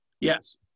Yes